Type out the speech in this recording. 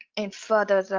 in further